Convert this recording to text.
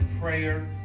prayer